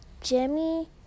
Jimmy